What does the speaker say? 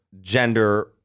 Gender